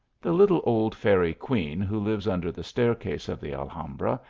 the little old fairy queen who lives under the staircase of the alhambra,